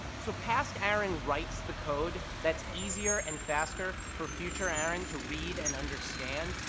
so past-aaron writes the code that easier and faster for future-aaron to read and understand,